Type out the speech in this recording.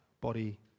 body